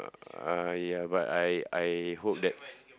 uh ya but I I hope that